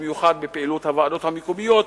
במיוחד בפעילות הוועדות המקומיות,